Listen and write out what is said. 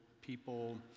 people